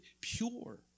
pure